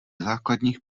základních